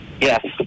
Yes